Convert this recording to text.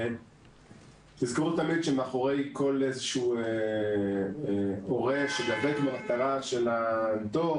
תזכרו תמיד שמאחורי כל הורה שדבק במטרה של הדוח,